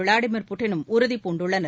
Vladimir புதினும் உறுதிபூண்டுள்ளனர்